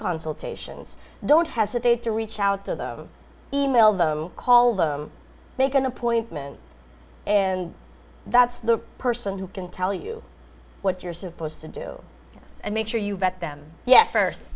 consultations don't hesitate to reach out to the email them call them make an appointment and that's the person who can tell you what you're supposed to do and make sure you get them ye